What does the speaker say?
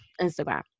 Instagram